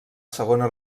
segona